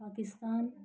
Pakistan